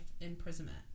imprisonment